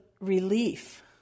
relief